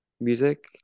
music